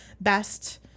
best